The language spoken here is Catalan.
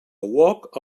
uoc